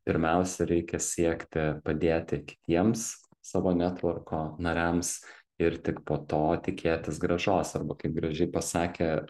pirmiausia reikia siekti padėti kitiems savo netvorko nariams ir tik po to tikėtis grąžos arba kaip gražiai pasakė